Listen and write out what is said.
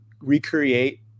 recreate